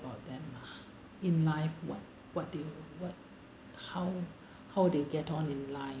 about them lah in life what what they what how how they get on in life